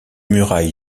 muraille